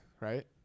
right